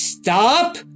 Stop